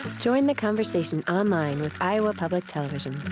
join the conversation online with iowa public television.